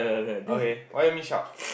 okay why you want me shout